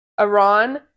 Iran